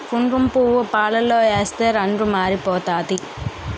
కుంకుమపువ్వు పాలలో ఏస్తే రంగు మారిపోతాది